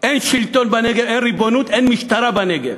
אין שלטון בנגב, אין ריבונות, אין משטרה בנגב,